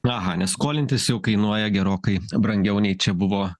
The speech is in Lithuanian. aha nes skolintis jau kainuoja gerokai brangiau nei čia buvo